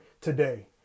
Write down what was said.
today